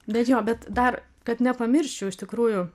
bet jo bet dar kad nepamirščiau iš tikrųjų